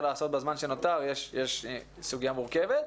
לעשות בזמן שנותר יש סוגיה מורכבת.